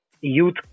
youth